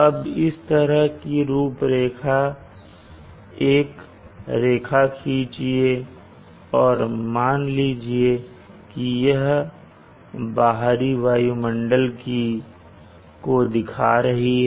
अब इस तरह की एक रेखा खींचिए और मान लीजिए कि यह बाहरी वायुमंडल को दिखा रही है